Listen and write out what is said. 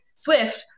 Swift